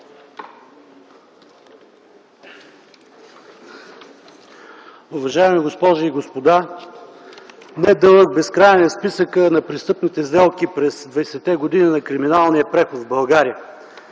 Уважаеми госпожи и господа! Не дълъг, безкраен е списъкът на престъпните сделки през 20-те години на криминалния преход в България.